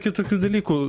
kitokių dalykų